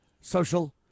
social